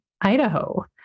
Idaho